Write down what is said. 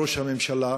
ראש הממשלה,